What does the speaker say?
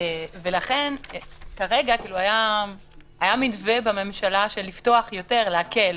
ולכן כרגע היה מתווה בממשלה של לפתוח יותר, להקל.